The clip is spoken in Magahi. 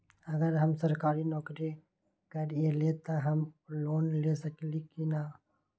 अगर हम सरकारी नौकरी करईले त हम लोन ले सकेली की न?